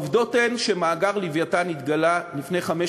העובדות הן שמאגר "לווייתן" התגלה לפני חמש